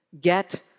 Get